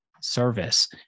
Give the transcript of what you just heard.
service